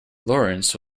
lawrence